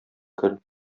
көл